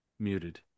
muted